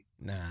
Nah